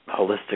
holistic